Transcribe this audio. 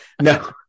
No